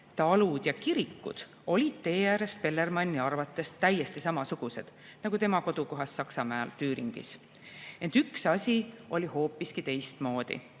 Talud ja kirikud olid tee ääres Bellermanni arvates täitsa samasugused nagu tema kodukohas Saksamaal Tüüringis. Ent üks asi oli hoopiski teistmoodi.